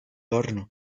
horno